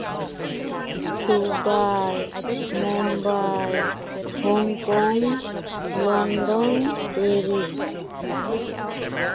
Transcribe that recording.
Dubai Mumbai Hong Kong London Paris